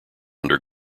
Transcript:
under